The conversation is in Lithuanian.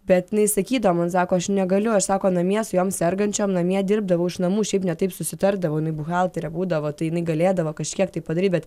bet jinai sakydavo man sako aš negaliu aš sako namie su jom sergančiom namie dirbdavau iš namų šiaip ne taip susitardavau jinai buhaltere būdavo tai jinai galėdavo kažkiek tai padaryt bet